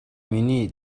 миний